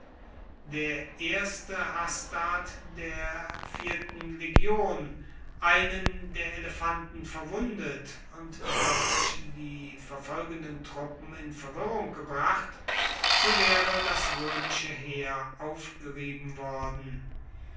der erste hastat der vierten legion einen der elefanten verwundet und dadurch die verfolgenden truppen in verwirrung gebracht so waere das roemische heer aufgerieben worden